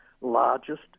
largest